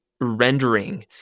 rendering